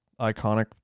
iconic